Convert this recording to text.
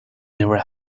never